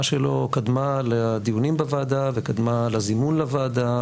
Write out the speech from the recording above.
שלו קדמה לדיונים בוועדה וקדמה לזימון לוועדה,